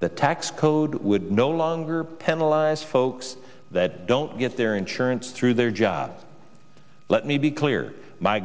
the tax code i would no longer penalize folks that don't get their insurance through their job let me be clear my